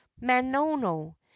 manono